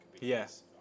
Yes